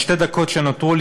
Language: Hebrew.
בשתי הדקות שנותרו לי,